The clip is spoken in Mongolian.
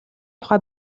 тухай